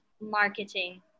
marketing